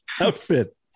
outfit